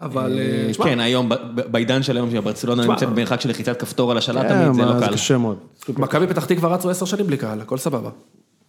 אבל... כן, היום, בעידן של היום שהברצלונה נמצאת במרחק של לחיצת כפתור על השלט תמיד, זה לא קל. כן, אז קשה מאוד. מכבי פתח תקווה כבר רצו 10 שנים בלי קהל, הכל סבבה.